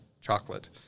chocolate